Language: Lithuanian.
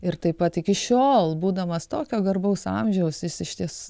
ir taip pat iki šiol būdamas tokio garbaus amžiaus jis išties